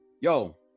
Yo